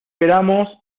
queramos